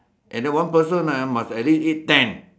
and then one person ah must at least eat ten